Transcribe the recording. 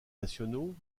nationaux